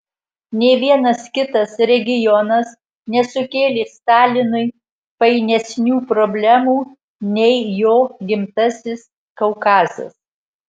nė vienas kitas regionas nesukėlė stalinui painesnių problemų nei jo gimtasis kaukazas